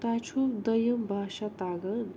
تۄہہِ چھُو دٔیِم باشا تگان